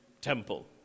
temple